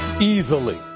easily